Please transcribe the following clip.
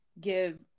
give